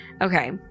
Okay